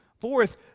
Fourth